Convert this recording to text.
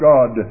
God